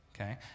Okay